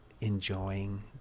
enjoying